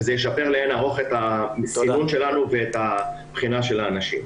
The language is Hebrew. וזה ישפר לאין ערוך את המסירות שלנו ואת הבחינה של האנשים.